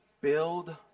Build